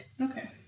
Okay